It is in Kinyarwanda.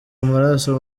amaraso